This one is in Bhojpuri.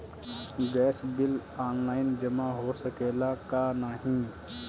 गैस बिल ऑनलाइन जमा हो सकेला का नाहीं?